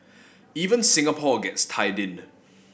even Singapore gets tied in